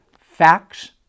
Facts